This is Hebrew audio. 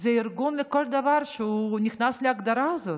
זה ארגון לכל דבר שנכנס להגדרה הזאת.